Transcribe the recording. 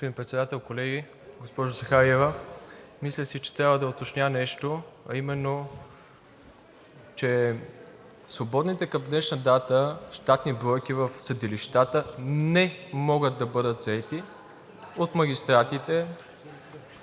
Господин Председател, колеги, госпожо Захариева, мисля си, че трябва да уточня нещо, а именно, че свободните към днешна дата щатни бройки в съдилищата не могат да бъдат заети от магистратите